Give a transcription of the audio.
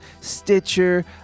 Stitcher